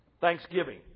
thanksgiving